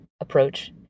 approach